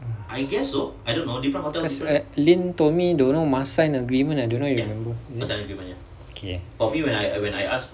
cause err lynn told me don't know must sign agreement I don't know if you remember okay